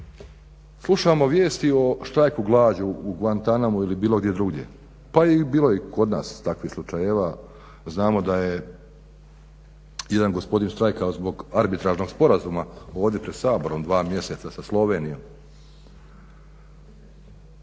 slušamo vijesti o štrajku glađu u Gvantanamu ili bilo gdje drugdje, pa bilo je i kod nas takvih slučajeva, znamo da je jedna gospodin štrajkao zbog arbitražnog sporazuma ovdje pred Saborom dva mjeseca, sa Slovenijom,